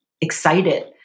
excited